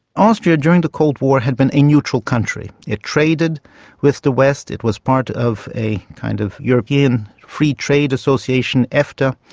austria during the cold war had been a neutral country. it traded with the west, it was part of a kind of european free trade association. after,